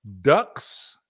Ducks